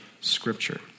scripture